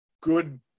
good